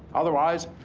otherwise,